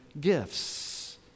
gifts